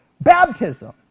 baptism